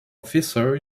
officer